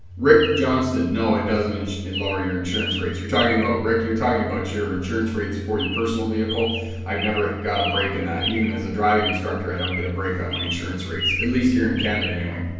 rick johnston no it doesn't and lower your insurance rates you're talking about rick you're talking about your insurance rates for your personal vehicle i've never got a break in that even as a driving instructor i don't get a break on my insurance rates at least here in canada anyway